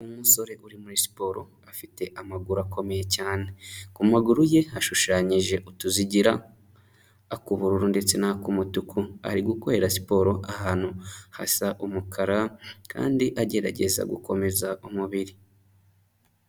Umusore uri muri siporo afite amaguru akomeye cyane, ku maguru ye hashushanyije utuzigira ak'ubururu ndetse n'ak'umutuku, ari gukorera siporo ahantu hasa umukara kandi agerageza gukomeza umubiri.